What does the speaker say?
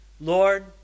Lord